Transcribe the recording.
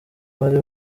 bari